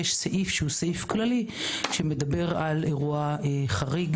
יש סעיף שהוא סעיף כללי שמדבר על אירוע חריג,